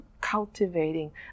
cultivating